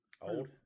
Old